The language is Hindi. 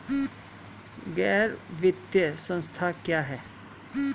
गैर वित्तीय संस्था क्या है?